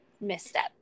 misstep